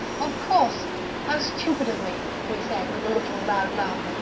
of course how stupid of me! he said, with a little loud laugh.